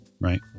Right